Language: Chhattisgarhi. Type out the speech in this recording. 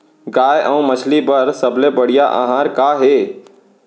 गाय अऊ मछली बर सबले बढ़िया आहार का हे?